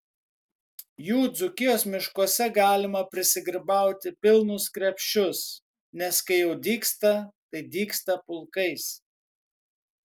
jų dzūkijos miškuose galima prisigrybauti pilnus krepšius nes kai jau dygsta tai dygsta pulkais